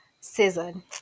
season